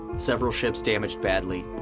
several ships damaged badly.